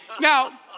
Now